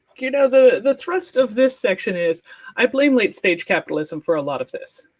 you know, the thrust of this section is i blame late-stage capitalism for a lot of this.